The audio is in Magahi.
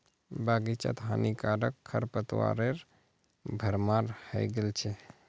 बग़ीचात हानिकारक खरपतवारेर भरमार हइ गेल छ